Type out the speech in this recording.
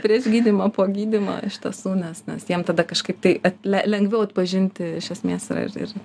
tris gydymą po gydymo iš tiesų mes nes jiems tada kažkaip tai le lengviau atpažinti iš esmės yra ir ir